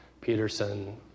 Peterson